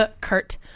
Kurt